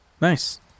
Nice